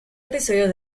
episodio